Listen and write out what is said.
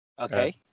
Okay